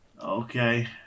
Okay